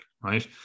Right